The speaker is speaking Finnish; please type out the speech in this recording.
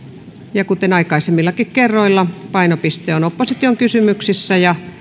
kuten aikaisemmillakin kerroilla painopiste on opposition kysymyksissä ja